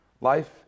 Life